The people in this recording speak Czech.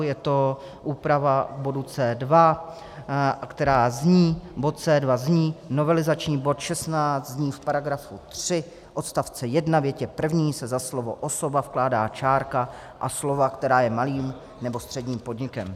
Je to úprava bodu C2, která zní: bod C2 zní, novelizační bod 16 zní v § 3 odst. 1 větě první se za slovo osoba vkládá čárka a slova, která je malým nebo středním podnikem.